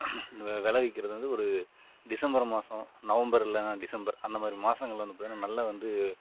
விளைவிக்கிறது வந்து ஒரு டிசம்பர் மாதம் நவம்பர் இல்லைனா டிசம்பர் அந்த மாதிரி மாதங்கள்ல வந்து பார்த்திங்கன்னா நல்லா வந்து